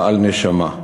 בעל נשמה.